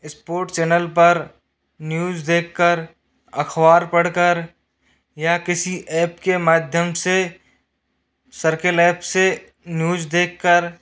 sports channel पर news देख कर अखबार पढ़ कर या किसी ऐप के माध्यम से सर्कल ऐप से न्यूज देख कर